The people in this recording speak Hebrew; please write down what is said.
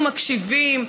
הם מקשיבים,